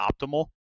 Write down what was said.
optimal